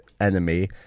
enemy